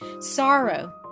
sorrow